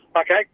Okay